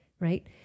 right